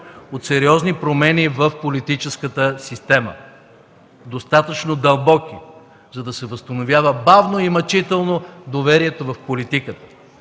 от сериозни промени в политическата система – достатъчно дълбоки, за да се възстановява бавно и мъчително доверието в политиката,